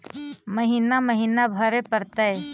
महिना महिना भरे परतैय?